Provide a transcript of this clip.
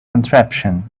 contraption